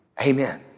Amen